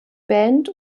band